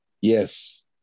Yes